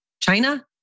China